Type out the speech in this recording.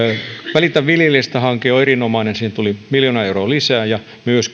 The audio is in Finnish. välitä viljelijästä hanke on erinomainen siihen tuli miljoona euroa lisää ja myös